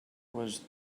was